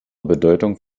bedeutung